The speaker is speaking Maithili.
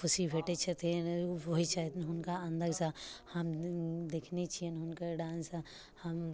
खुशी भेटै छथिन होइ छनि हुनका अन्दरसँ हम देखने छिअनि हुनकर डान्स हम